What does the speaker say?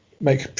make